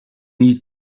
needs